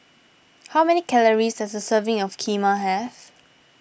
how many calories does a serving of Kheema have